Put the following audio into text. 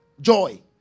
joy